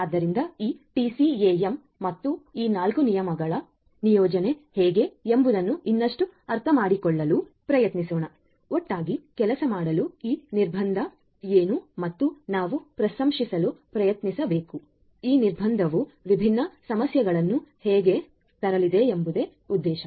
ಆದ್ದರಿಂದ ಈ ಟಿಸಿಎಎಂ ಮತ್ತು ಈ 4 ನಿಯಮ ನಿಯೋಜನೆ ಹೇಗೆ ಎಂಬುದನ್ನು ಇನ್ನಷ್ಟು ಅರ್ಥಮಾಡಿಕೊಳ್ಳಲು ಪ್ರಯತ್ನಿಸೋಣ ಒಟ್ಟಾಗಿ ಕೆಲಸ ಮಾಡಲು ಈ ನಿರ್ಬಂಧ ಏನು ಮತ್ತು ನಾವು ಪ್ರಶಂಸಿಸಲು ಪ್ರಯತ್ನಿಸಬೇಕು ಈ ನಿರ್ಬಂಧವು ಈ ವಿಭಿನ್ನ ಸಮಸ್ಯೆಗಳನ್ನು ಹೇಗೆ ತರಲಿದೆ ಎಂಬುದೇ ಉದ್ದೇಶ